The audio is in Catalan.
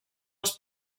els